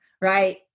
right